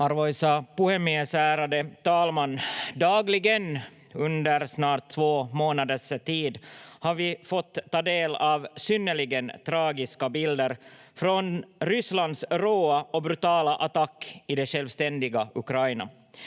Arvoisa puhemies, ärade talman! Dagligen under snart två månaders tid har vi fått ta del av synnerligen tragiska bilder från Rysslands råa och brutala attack i det självständiga Ukraina.